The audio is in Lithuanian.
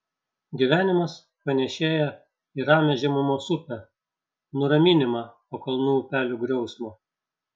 gyvenimas panėšėja į ramią žemumos upę nuraminimą po kalnų upelių griausmo